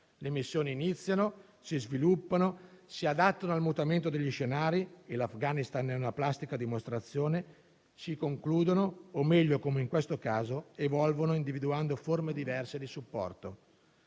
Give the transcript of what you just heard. le missioni iniziano, si sviluppano, si adattano al mutamento degli scenari - e l'Afghanistan ne è una plastica dimostrazione - si concludono o meglio, come in questo caso, evolvono individuando forme diverse di supporto.